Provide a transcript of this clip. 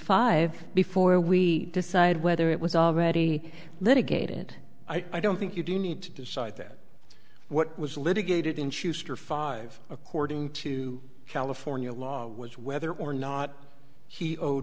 five before we decide whether it was already litigated i don't think you do need to decide that what was litigated in schuster five according to california law was whether or not he owed